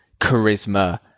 charisma